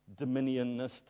dominionist